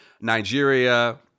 Nigeria